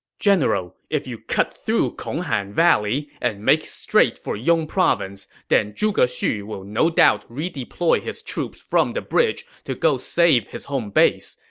general, if you cut through konghan valley and make straight for yong province, then zhuge xu will no doubt redeploy the troops from the bridge to go save his home base.